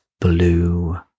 blue